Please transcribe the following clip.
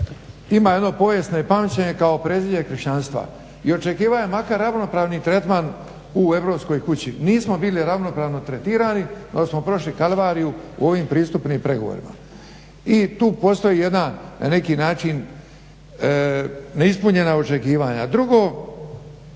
ima jedno povijesno pamćenje kao … kršćanstva i očekuju makar ravnopravni tretman u europskoj kući. Nismo bili ravnopravno tretirani nego smo prošli kalvariju u ovim pristupnim pregovorima. I tu postoji jedna na neki način neispunjena očekivanja. Drugo,